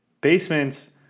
Basements